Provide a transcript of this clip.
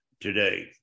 today